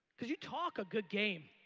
cause you talk a good game.